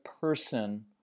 person